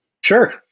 sure